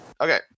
Okay